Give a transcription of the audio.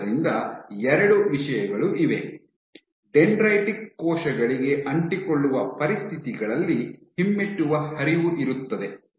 ಆದ್ದರಿಂದ ಎರಡು ವಿಷಯಗಳು ಇವೆ ಡೆಂಡ್ರೈಟಿಕ್ ಕೋಶಗಳಿಗೆ ಅಂಟಿಕೊಳ್ಳುವ ಪರಿಸ್ಥಿತಿಗಳಲ್ಲಿ ಹಿಮ್ಮೆಟ್ಟುವ ಹರಿವು ಇರುತ್ತದೆ